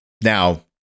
Now